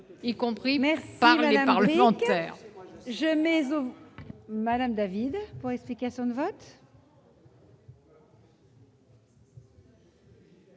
y compris par les parlementaires.